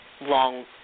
Long